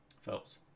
Phelps